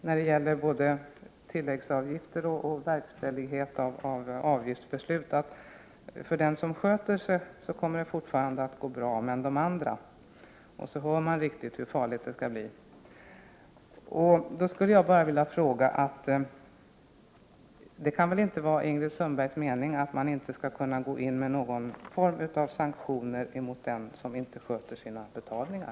När det gäller både tilläggsavgifter och verkställighet av avgiftsbeslut säger Ingrid Sundberg att det fortfarande kommer att gå bra för den som sköter sig, men de andra är det värre med, och man hör riktigt hur farligt det skall bli. Det kan väl inte vara Ingrid Sundbergs mening att man inte skulle kunna gå in med någon form av sankticner mot dem som inte sköter sina betalningar?